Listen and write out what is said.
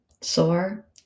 sore